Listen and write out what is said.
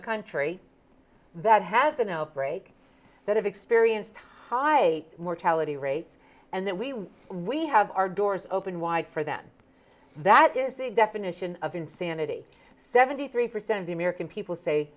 a country that has a no break that have experienced high a mortality rates and that we we have our doors open wide for them that is the definition of insanity seventy three percent of the american people say